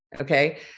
okay